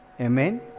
Amen